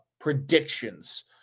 predictions